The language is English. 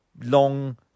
long